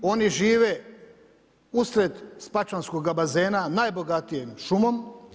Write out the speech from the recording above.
Oni žive usred Spačvanskoga bazena najbogatijeg šumom.